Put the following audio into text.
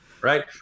Right